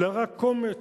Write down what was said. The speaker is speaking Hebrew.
אלא רק קומץ.